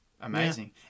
amazing